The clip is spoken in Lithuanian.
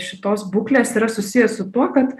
šitos būklės yra susiję su tuo kad